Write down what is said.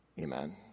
Amen